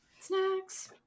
Snacks